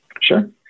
Sure